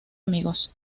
amigos